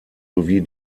sowie